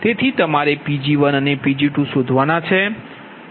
તેથી તમારે Pg1 અને Pg2 શોધવા ના રહેશે